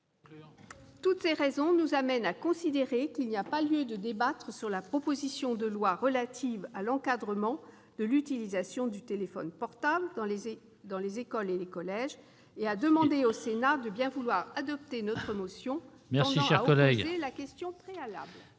Toutes ces raisons nous conduisent à considérer qu'il n'y a pas lieu de débattre sur la proposition de loi relative à l'encadrement de l'utilisation du téléphone portable dans les écoles et les collèges, et à demander au Sénat de bien vouloir adopter notre motion tendant à opposer la question préalable.